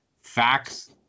facts